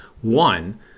One